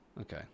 Okay